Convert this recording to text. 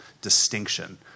distinction